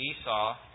Esau